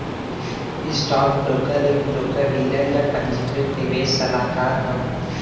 stockbroker एक broker dealer, या पंजीकृत निवेश सलाहकार हौ